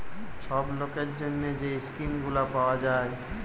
ছব লকের জ্যনহে যে ইস্কিম গুলা পাউয়া যায়